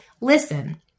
listen